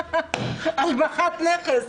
השבחת נכס.